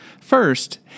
First